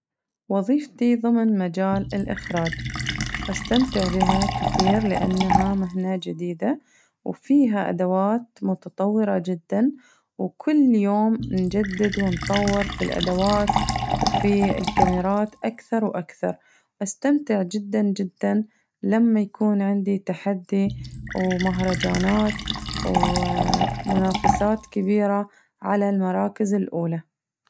وظيفتي ضمن مجال الإخراج، أستمتع بها كثير لأنها مهنة جديدة وفيها أدوات متطورة جداً وكل يوم نجدد ونطور في الأدوات وفي الكاميرات أكثر وأكثر بستمتع جداً جداً لما يكون عندي تحدي ومهرجانات و منافسات كبيرة على المراكز الأولى.